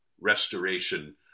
restoration